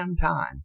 time